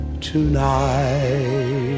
tonight